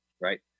right